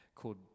called